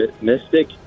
Mystic